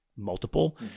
multiple